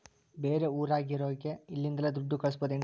ಬೇರೆ ಊರಾಗಿರೋರಿಗೆ ಇಲ್ಲಿಂದಲೇ ದುಡ್ಡು ಕಳಿಸ್ಬೋದೇನ್ರಿ?